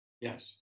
Yes